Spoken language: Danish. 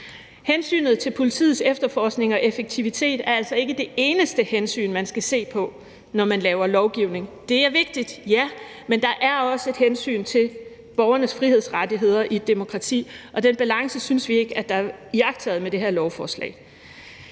Hensynet til politiets efterforskning og effektivitet er altså ikke det eneste hensyn, man skal se på, når man laver lovgivning. Det er vigtigt, ja, men der er også et hensyn til borgernes frihedsrettigheder i et demokrati, og den balance synes vi ikke bliver iagttaget med det her lovforslag.